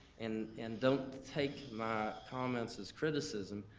and and don't take my comments as criticism.